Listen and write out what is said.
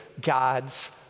God's